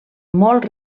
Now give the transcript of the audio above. molt